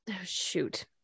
shoot